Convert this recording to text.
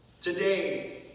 Today